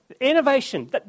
Innovation